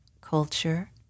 culture